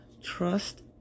trust